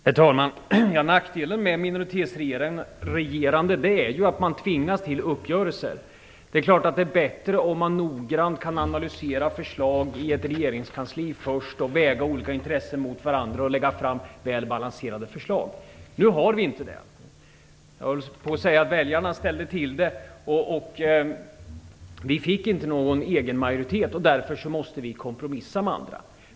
Herr talman! Nackdelen med minoritetsregerande är att man tvingas till uppgörelser. Det är klart att det är bättre om man noggrant kan analysera förslag i ett regeringskansli först, väga olika intressen mot varandra och sedan lägga fram väl balanserade förslag. Nu kan vi inte det. Jag höll på att säga att väljarna ställde till det, och vi fick inte någon egen majoritet. Därför måste vi kompromissa med andra.